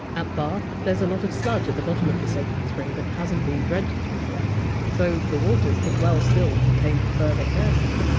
at bath, there's a lot of sludge at the bottom of the sacred spring that hasn! t been dredged through yet so the waters could well still contain further curses.